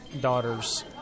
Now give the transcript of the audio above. daughters